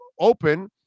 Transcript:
open